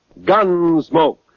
Gunsmoke